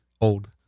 old